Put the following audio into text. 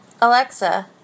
Alexa